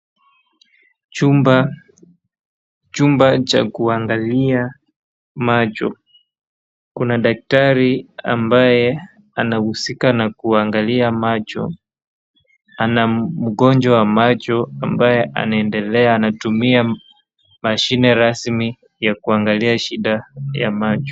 Chumba cha kuangalia macho. Kuna dakitari ambaye anahusika na kuangalia macho. Ana mgonjwa wa macho ambaye anaendelea, anatumia mashine rasmi ya kuangalia shida ya macho.